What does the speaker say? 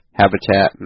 habitat